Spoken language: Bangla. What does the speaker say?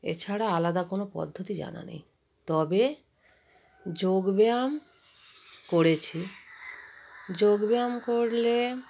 এছাড়া আলাদা কোনো পদ্ধতি জানা নেই তবে যোগব্যায়াম করেছি যোগব্যায়াম করলে